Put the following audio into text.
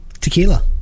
Tequila